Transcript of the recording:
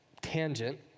tangent